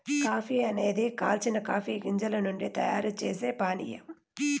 coffee అనేది కాల్చిన coffee గింజల నుండి తయారు చేసే పానీయం